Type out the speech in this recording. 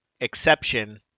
exception